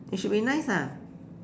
it should be nice ah